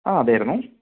ആ അതേയിരുന്നു